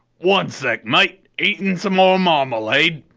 one sec mate, eatin some more marmalade!